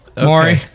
Maury